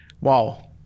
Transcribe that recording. wow